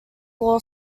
law